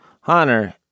hunter